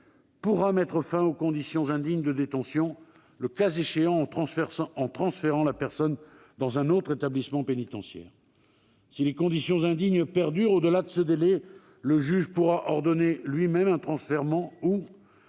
pourra mettre fin aux conditions indignes de détention, le cas échéant en transférant la personne dans un autre établissement pénitentiaire. Si les conditions indignes perdurent au-delà de ce délai, le juge pourra ordonner lui-même un transfèrement ou,